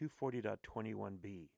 240.21b